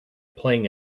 playing